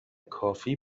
کافی